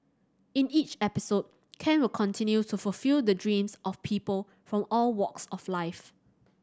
in each episode Ken will continue to fulfil the dreams of people from all walks of life